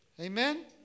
Amen